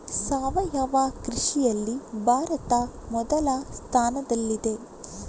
ಸಾವಯವ ಕೃಷಿಯಲ್ಲಿ ಭಾರತ ಮೊದಲ ಸ್ಥಾನದಲ್ಲಿದೆ